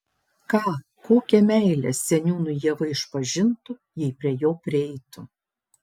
ką kokią meilę seniūnui ieva išpažintų jei prie jo prieitų